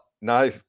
no